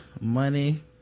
money